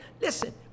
listen